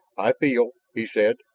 i feel, he said,